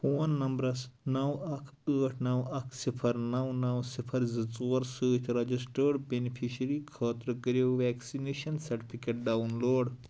phone نمبرس نَو اَکھ ٲٹھ نَو اَکھ صِفَر نو نو صِفَر زٕ ژور سۭتۍ رجسٹٲرڈ بیٚنِفشری خٲطرٕ کٔرِو ویکسِنیشن سرٹِفکیٹ ڈاوُن لوڈ